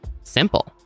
simple